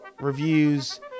reviews